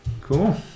Cool